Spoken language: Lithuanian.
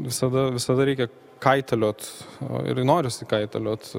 visada visada reikia kaitaliot o ir norisi kaitaliot